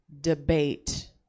debate